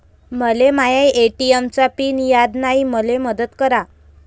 मले माया ए.टी.एम चा पिन याद नायी, मले मदत करा